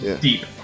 deep